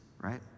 right